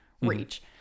reach